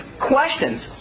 questions